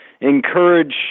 encourage